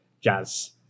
jazz